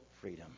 freedom